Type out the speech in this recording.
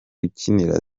ukinira